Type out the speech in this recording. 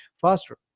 faster